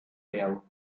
layout